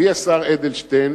הביא השר אדלשטיין